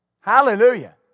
Hallelujah